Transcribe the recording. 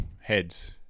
heads